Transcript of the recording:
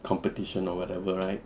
competition or whatever right